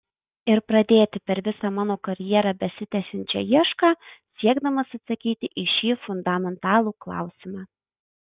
ir pradėti per visą mano karjerą besitęsiančią iešką siekdamas atsakyti į šį fundamentalų klausimą